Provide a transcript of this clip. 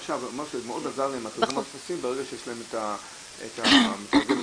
מה שמאוד עזר להם בתרגום הטפסים זה ברגע שיש להם את מתרגם התוכן.